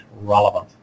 relevant